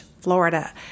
Florida